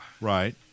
Right